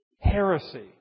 heresy